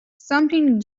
something